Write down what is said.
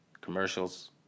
commercials